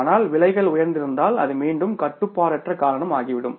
ஆனால் விலைகள் உயர்ந்திருந்தால் அது மீண்டும் கட்டுப்பாடற்ற காரணம் ஆகிவிடும்